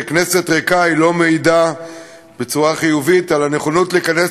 וכנסת ריקה לא מעידה בצורה חיובית על הנכונות להיכנס